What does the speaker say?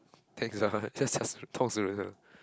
thanks so much just that's talk